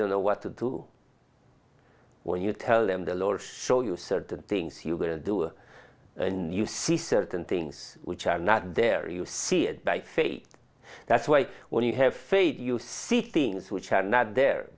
don't know what to do when you tell them the lore show you certain things you going to do and you see certain things which are not there you see it by fate that's why when you have faith you see things which are not there